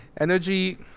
energy